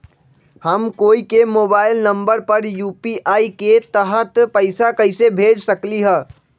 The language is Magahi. हम कोई के मोबाइल नंबर पर यू.पी.आई के तहत पईसा कईसे भेज सकली ह?